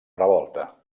revolta